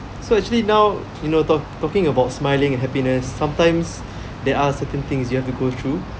so actually now you know talk talking about smiling and happiness sometimes there are certain things you have to go through